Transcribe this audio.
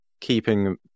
keeping